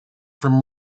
from